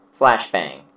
Flashbang